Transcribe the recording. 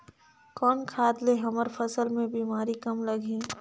कौन खाद ले हमर फसल मे बीमारी कम लगही?